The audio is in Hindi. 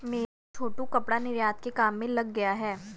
मेरा छोटू कपड़ा निर्यात के काम में लग गया है